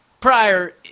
prior